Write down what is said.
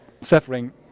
suffering